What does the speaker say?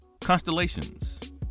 constellations